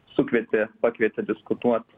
sukvietė pakvietė diskutuot